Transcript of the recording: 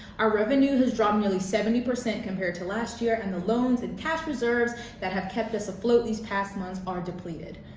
our revenue has dropped nearly seventy percent compared to last year and the loans and cash reserves that have kept us afloat these past months are depleted.